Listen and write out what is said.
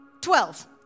Twelve